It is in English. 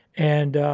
and, um,